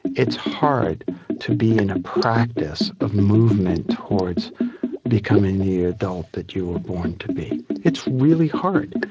it's hard to be in a practice of movement towards becoming the adult that you were born to be. it's really hard.